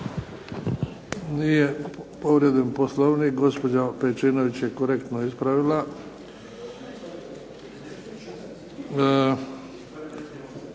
Nije povrijeđen Poslovnik, gospođa Pejčinović je korektno ispravila.